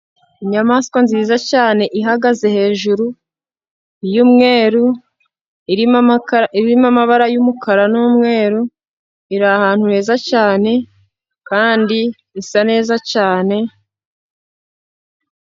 Inyamaswa nziza cyane ihagaze hejuru, y'umweru, irimo amabara y'umukara n'umweru, iri ahantu heza cyane, kandi isa neza cyane.